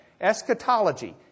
Eschatology